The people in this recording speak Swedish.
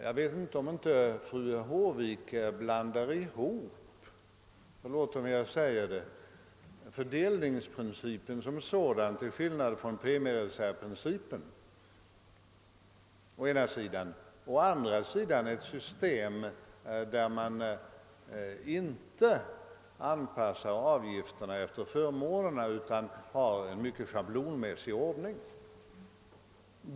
Jag undrar om inte fru Håvik blandar ihop — förlåt att jag säger det — fördelningsprincipen som sådan till skillnad från premiereservprincipen å ena sidan och å andra sidan ett system där man inte anpassar avgifterna efter förmånerna utan har en mycket schablonmässig ordning.